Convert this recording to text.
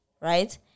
right